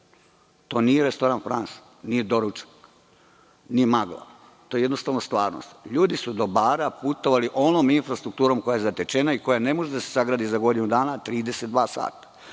To nije restoran „Franš“. Nije doručak ni magla. To je jednostavno stvarnost. Ljudi su do Bara putovali onom infrastrukturom koja je zatečena i koja ne može da se sagradi za godinu dana, 32 sata. Pošto